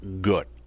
good